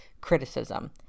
criticism